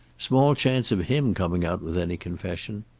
small chance of him coming out with any confession.